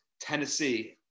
Tennessee